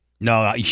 No